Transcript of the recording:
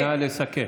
נא לסכם.